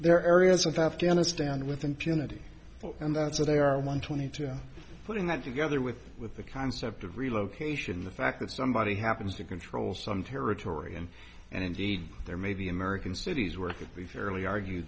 their areas of afghanistan with impunity and that's why they are among twenty two putting that together with with the concept of relocation the fact that somebody happens to control some territory and and indeed there may be american cities where it could be fairly argue